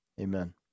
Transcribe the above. amen